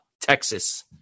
Texas